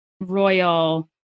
Royal